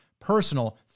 personal